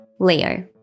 Leo